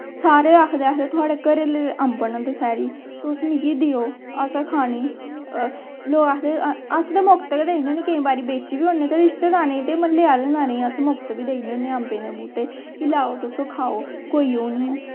सारे आखदे आखदे थोआढ़े घरे दे अम्ब न दसैह्री तुस मिगी देओ असें खाने लोग आखदे अस ते मुफ्त गै देई ओड़ने होन्ने केंई बारी बेची बी ओड़ने ते रिश्तेदारें ते म्ह्ल्लेदारें अस मुफ्त बी देई ओड़ने होन्ने अम्बें दे बूह्टे लैओ तुस खाओ ओह् नी ऐ